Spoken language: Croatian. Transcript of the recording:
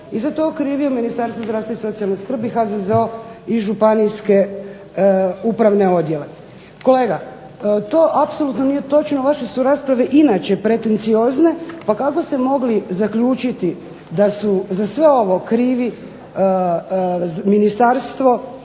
i za to okrivio Ministarstvo zdravstva i socijalne skrbi, HZZO i županijske upravne odjele. Kolega, to apsolutno nije točno, vaše su rasprave inače pretenciozne, pa kako ste mogli zaključiti da su za sve ovo krivi ministarstvo,